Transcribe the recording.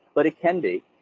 but it can be,